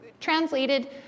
translated